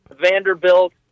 Vanderbilt